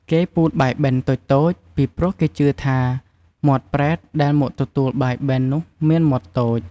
គេពូតបាយបិណ្ឌតូចៗ ពីព្រោះគេជឿថាមាត់ប្រេតដែលមកទទួលបាយបិណ្ឌនោះមានមាត់តូច។